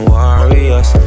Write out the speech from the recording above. warriors